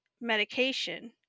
medication